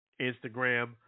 Instagram